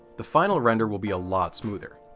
the final render will be a lot smoother